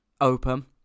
open